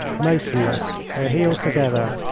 motionless, their heels together,